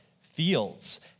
Fields